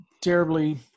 terribly